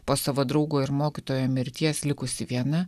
po savo draugo ir mokytojo mirties likusi viena